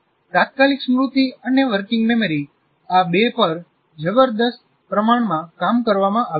તાત્કાલિક સ્મૃતિ અને વર્કિંગ મેમરી આ બે પર જબરદસ્ત પ્રમાણમાં કામ કરવામાં આવ્યું છે